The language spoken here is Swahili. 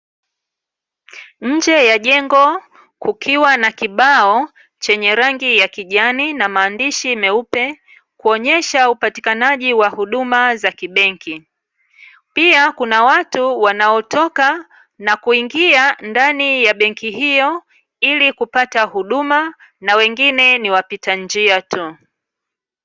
Nje ya jengo kukiwa na kibao chenye rangi ya kijani na maandishi meupe kuonyesha upatikanaji wa huduma za kibenki. Pia kuna watu wanaotoka na kuingia ndani ya benki hiyo ili kupata huduma, na wengine ni wapita njia tu.